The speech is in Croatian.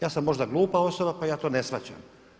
Ja sam možda glupa osoba, pa ja to ne shvaćam.